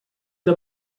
the